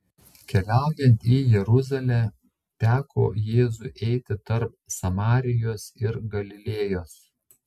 keliaujant į jeruzalę teko jėzui eiti tarp samarijos ir galilėjos